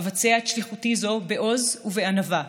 אבצע את שליחותי זו בעוז ובענווה,